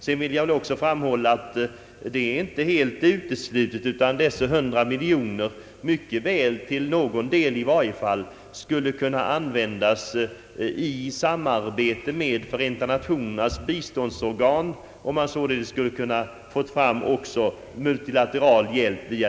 Jag vill dessutom framhålla att i varje fall någon del av dessa 100 miljoner skulle kunna användas i samarbete med FN:s biståndsorgan, varigenom pengarna också kunde utnyttjas för multilateral hjälp.